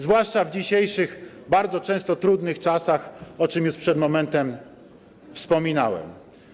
Zwłaszcza w dzisiejszych, bardzo często trudnych czasach, o czym już przed momentem wspominałem.